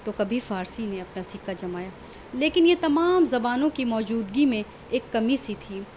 تو کبھی فارسی نے اپنا سکہ جمایا لیکن یہ تمام زبانوں کی موجودگی میں ایک کمی سی تھی